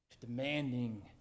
Demanding